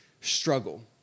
struggle